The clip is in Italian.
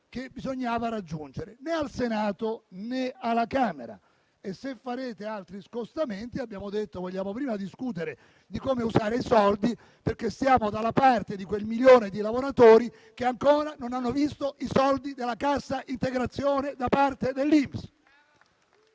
il *quorum* richiesto, né al Senato, né alla Camera dei deputati. E, se farete altri scostamenti, abbiamo detto che vorremo prima discutere di come usare i soldi, perché stiamo dalla parte di quel milione di lavoratori che ancora non hanno visto i soldi della cassa integrazione da parte dell'INPS.